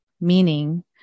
meaning